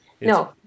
No